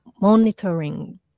monitoring